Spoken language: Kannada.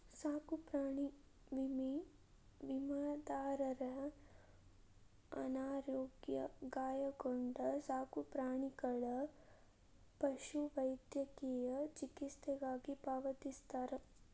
ಸಾಕುಪ್ರಾಣಿ ವಿಮೆ ವಿಮಾದಾರರ ಅನಾರೋಗ್ಯ ಗಾಯಗೊಂಡ ಸಾಕುಪ್ರಾಣಿಗಳ ಪಶುವೈದ್ಯಕೇಯ ಚಿಕಿತ್ಸೆಗಾಗಿ ಪಾವತಿಸ್ತಾರ